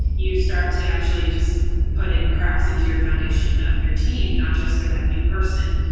you start to actually just put in cracks into your foundation of your team not just for that new person.